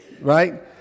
Right